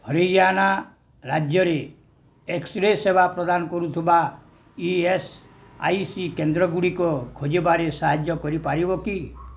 ହରିୟାଣା ରାଜ୍ୟରେ ଏକ୍ସ୍ରେ ସେବା ପ୍ରଦାନ କରୁଥିବା ଇ ଏସ୍ ଆଇ ସି କେନ୍ଦ୍ରଗୁଡ଼ିକ ଖୋଜିବାରେ ସାହାଯ୍ୟ କରିପାରିବ କି